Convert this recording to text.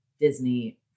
Disney